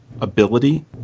ability